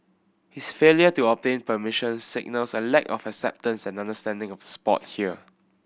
his failure to obtain permission signals a lack of acceptance and understanding of the sport here